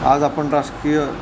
आज आपण राजकीय